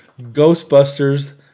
Ghostbusters